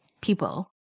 people